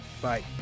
Bye